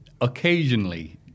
occasionally